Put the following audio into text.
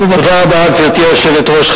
גברתי היושבת-ראש,